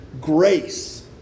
grace